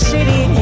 City